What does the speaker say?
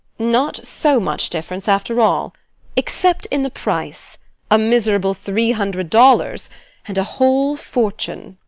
not so much difference after all except in the price a miserable three hundred dollars and a whole fortune.